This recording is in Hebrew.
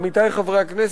עמיתי חברי הכנסת,